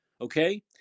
Okay